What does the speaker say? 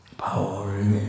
Power